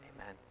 Amen